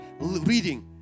reading